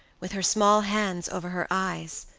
with her small hands over her eyes,